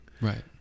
Right